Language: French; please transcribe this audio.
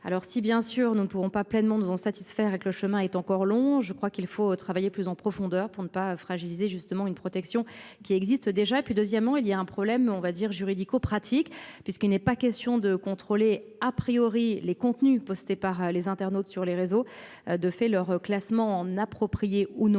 alors si bien sûr, nous ne pourrons pas pleinement nous en satisfaire avec le chemin est encore long. Je crois qu'il faut travailler plus en profondeur pour ne pas fragiliser justement une protection qui existent déjà et puis deuxièmement il y a un problème on va dire juridico-pratique puisqu'il n'est pas question de contrôler a priori les contenus postés par les internautes sur les réseaux de fait leur classement en approprié ou non,